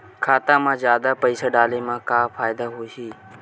खाता मा जादा पईसा डाले मा का फ़ायदा होही?